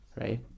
Right